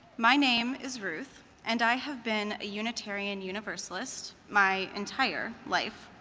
my name is ruth and i have been a unitarian universalist my entire life.